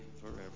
forever